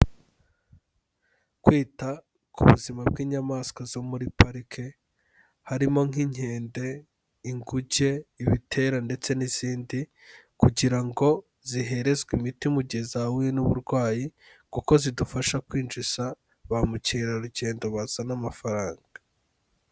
Kwita ku buzima bw'inyamaswa zo muri parike harimo nk'inkende, inguge, ibitera ndetse n'izindi kugira ngo ziherezwe imiti mu gihe zahuye n'uburwayi kuko zidufasha kwinjiza ba mukerarugendo bazana amafaranga.